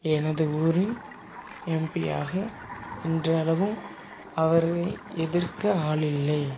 எனது ஊரின் எம்பி ஆக இன்றளவும் அவரை எதிர்க்க ஆளில்லை